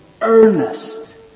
earnest